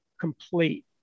complete